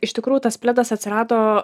iš tikrųjų tas pledas atsirado